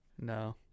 no